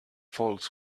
folks